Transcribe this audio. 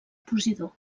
posidó